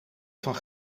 van